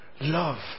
Love